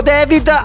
David